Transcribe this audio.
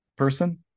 person